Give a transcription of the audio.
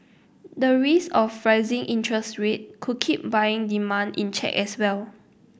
the risk of interest rate could keep buying demand in check as well